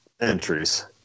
entries